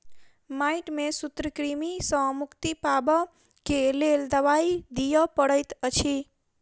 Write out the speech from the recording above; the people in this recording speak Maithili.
माइट में सूत्रकृमि सॅ मुक्ति पाबअ के लेल दवाई दियअ पड़ैत अछि